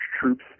troops